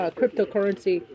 cryptocurrency